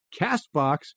CastBox